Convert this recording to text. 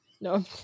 No